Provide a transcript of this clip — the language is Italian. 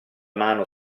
mano